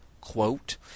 Quote